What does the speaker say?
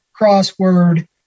crossword